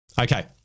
Okay